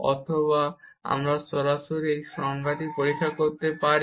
অথবা আমরা সরাসরি এই সংজ্ঞাটি পরীক্ষা করতে পারি